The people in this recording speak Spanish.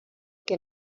que